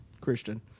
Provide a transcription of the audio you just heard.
Christian